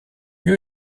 lieu